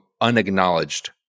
unacknowledged